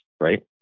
right